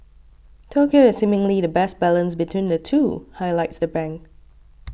Tokyo is seemingly the best balance between the two highlights the bank